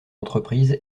entreprises